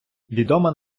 відома